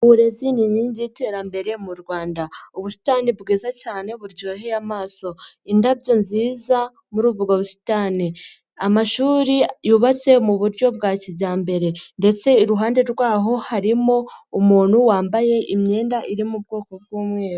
Uburezi ni inkingi y'iterambere mu Rwanda. Ubusitani bwiza cyane buryoheye amaso. Indabyo nziza muri ubwo busitani. Amashuri yubatse mu buryo bwa kijyambere ndetse iruhande rwaho harimo umuntu wambaye imyenda iri mu bwoko bw'umweru.